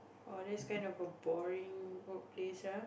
oh that is a kind of a boring workplace ah